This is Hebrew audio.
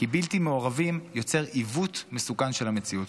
כי בלתי מעורבים יוצר עיוות מסוכן של המציאות.